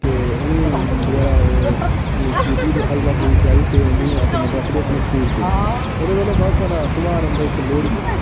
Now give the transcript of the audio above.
ते उ'नें बगैरा पूजी'र ते हलवा पूड़ी खलाई'र ते उं'दी अपना नवरात्रे बगैरा पूजदे ते ओह्दे बाद साढ़ा ध्यार औंदा इक लोह्ड़ी